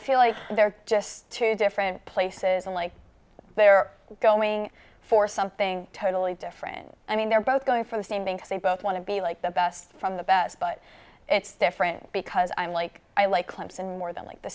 feel like they're just two different places and like they're going for something totally different i mean they're both going for the same think they both want to be like that from the best but it's different because i like i like clemson more than like the